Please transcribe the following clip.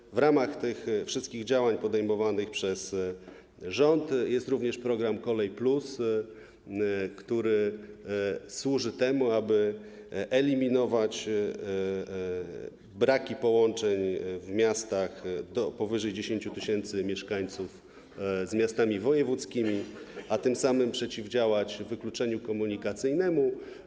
I w ramach tych wszystkich działań podejmowanych przez rząd jest również program ˝Kolej+˝, który służy temu, aby eliminować braki połączeń między miastami powyżej 10 tys. mieszkańców a miastami wojewódzkimi i tym samym przeciwdziałać wykluczeniu komunikacyjnemu.